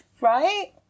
right